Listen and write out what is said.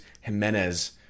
Jimenez